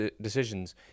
decisions